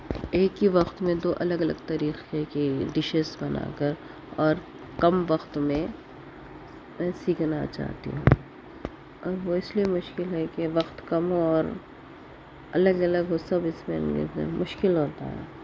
ایک ہی وقت میں دو الگ الگ طریقے کی ڈشیز بنا کر اور کم وقت میں میں سیکھنا چاہتی ہوں اور وہ اس لئے مشکل ہے کہ وقت کم ہو اور الگ الگ وہ سب اس میں ہوں گے تو مشکل ہوتا ہے